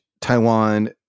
Taiwan